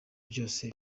byose